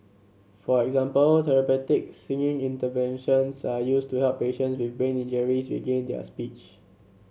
for example therapeutic singing interventions are used to help patient with brain injuries regain their speech